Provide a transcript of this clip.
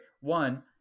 One